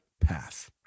path